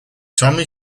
tommy